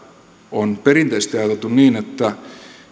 on perinteisesti ajateltu niin että